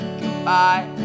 goodbye